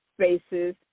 spaces